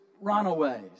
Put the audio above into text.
runaways